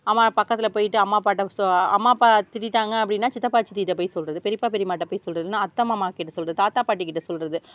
ஆமாம் பக்கத்தில் போயிட்டு அம்மா அப்பாகிட்ட அம்மா அப்பா திட்டிட்டாங்க அப்ப டின்னா சித்தப்பா சித்திகிட்ட போய் சொல்கிறது பெரியப்பா பெரியம்மாகிட்ட போய் சொல்கிறது அத்தை மாமாக்கிட்ட சொல்கிறது தாத்தா பாட்டிக்கிட்ட சொல்கிறது